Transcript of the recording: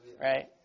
Right